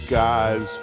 guys